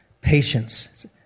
patience